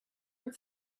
and